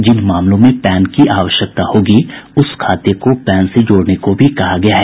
जिन मामलों में पैन की आवश्यकता होगी उस खाते को पैन से जोड़ने को भी कहा गया है